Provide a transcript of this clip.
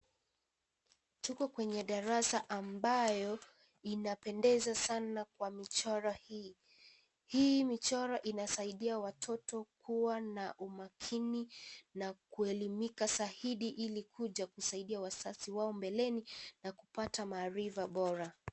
Tuko kwenye darasa ambayo inapendeza sana kwa michoro hii, huu michoro inasaidia watoto kukuwa na umakini na kuelimika zaidi ili kuja kusaidia wazazi wao mbele na kupata maarifa bora.